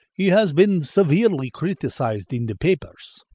he has been severely criticised in the papers.